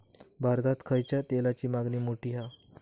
भारतात खायच्या तेलाची मागणी मोठी हा